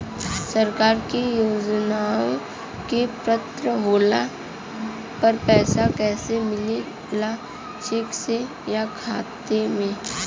सरकार के योजनावन क पात्र होले पर पैसा कइसे मिले ला चेक से या खाता मे?